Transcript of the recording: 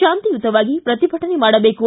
ಶಾಂತಿಯುತವಾಗಿ ಪ್ರತಿಭಟನೆ ಮಾಡಬೇಕು